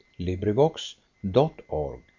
LibriVox.org